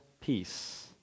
Peace